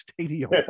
Stadium